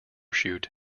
chute